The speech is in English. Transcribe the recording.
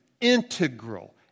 integral